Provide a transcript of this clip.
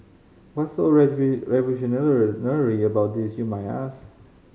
what's so about this you might ask